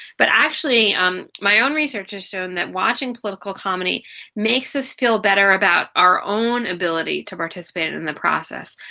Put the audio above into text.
but actually um my own research has shown that watching political comedy makes us feel better about our own ability to participate in the process.